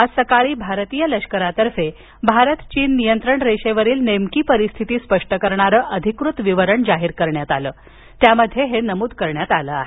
आज सकाळी भारतीय लष्करातर्फे भारत चीन नियंत्रण रेषेवरील नेमकी परिस्थिती स्पष्ट करणारं अधिकृत विवरण जाहीर करण्यात आलं त्यामध्ये हे नमूद करण्यात आलं आहे